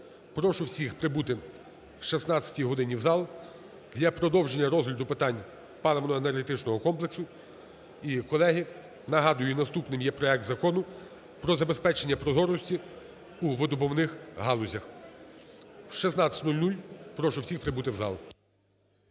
Прошу всіх прибути о 16 годині в зал для продовження розгляду питань паливно-енергетичного комплексу. І, колеги, нагадую: наступним є проект Закону про забезпечення прозорості у видобувних галузях. О 16:00 прошу всіх прибути в зал.